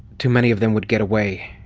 too many of them would get away.